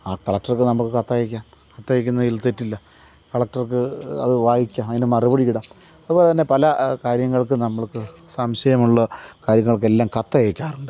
ആ കളക്റ്റർക്ക് നമുക്ക് കത്തയക്കാം കത്തയക്കുന്നതിൽ തെറ്റില്ല കളക്റ്റർക്ക് അത് വായിക്കാം അതിന് മറുപടി ഇടാം അതുപോലെതന്നെ പല കാര്യങ്ങൾക്കും നമ്മൾക്ക് സംശയമുള്ള കാര്യങ്ങൾക്കെല്ലാം കത്തയക്കാറുണ്ട്